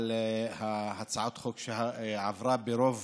על הצעת החוק, שעברה ברוב